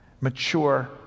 mature